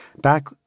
Back